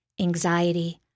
anxiety